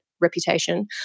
reputation